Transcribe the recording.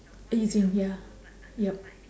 易经 ya yup